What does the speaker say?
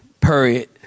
period